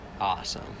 awesome